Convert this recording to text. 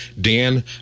Dan